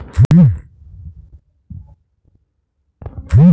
আজকাল মালুষের সাথ কৃত্রিম মালুষরাও চাসের কাজে সাহায্য ক্যরতে পারে